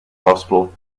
hospital